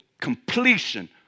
completion